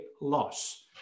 loss